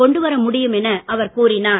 கொண்டுவர முடியும் என அவர் கூறினார்